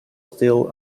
still